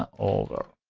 over